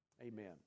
Amen